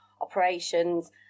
operations